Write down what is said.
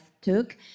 took